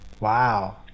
Wow